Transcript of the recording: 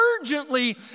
urgently